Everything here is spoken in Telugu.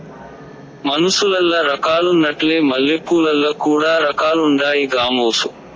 మనుసులల్ల రకాలున్నట్లే మల్లెపూలల్ల కూడా రకాలుండాయి గామోసు